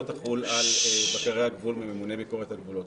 לא תחול על בקרי הגבול וממוני ביקורת הגבולות.